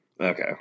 Okay